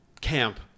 camp